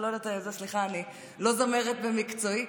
סליחה, אני לא זמרת במקצועי.